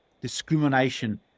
discrimination